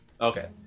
Okay